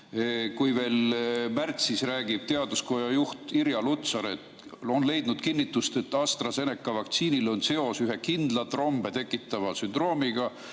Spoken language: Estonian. Kui veel märtsis räägib teaduskoja juht Irja Lutsar, et on leidnud kinnitust, et AstraZeneca vaktsiinil on seos ühe kindla, trombe tekitava sündroomiga